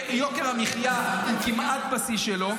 יוקר המחיה הוא כמעט בשיא שלו.